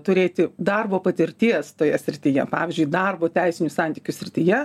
turėti darbo patirties toje srityje pavyzdžiui darbo teisinių santykių srityje